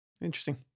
interesting